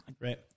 right